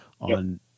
on